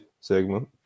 segment